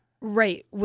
Right